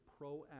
proactive